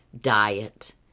diet